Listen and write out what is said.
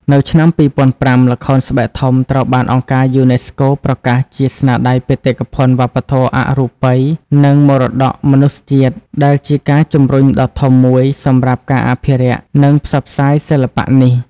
នៅឆ្នាំ ២០០៥ ល្ខោនស្បែកធំត្រូវបានអង្គការយូណេស្កូប្រកាសជា ស្នាដៃបេតិកភណ្ឌវប្បធម៌អរូបី និងមរតកមនុស្សជាតិ ដែលជាការជំរុញដ៏ធំមួយសម្រាប់ការអភិរក្ស និងផ្សព្វផ្សាយសិល្បៈនេះ ។